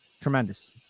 tremendous